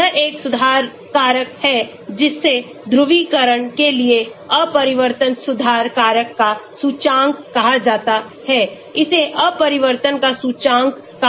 यह एक सुधार कारक है जिसे ध्रुवीकरण के लिए अपवर्तन सुधार कारक का सूचकांक कहा जाता है इसे अपवर्तन का सूचकांक कहा जाता है